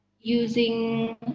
Using